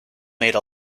made